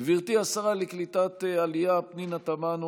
גברתי השרה לקליטת העלייה פנינה תמנו,